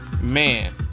Man